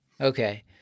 Okay